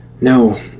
No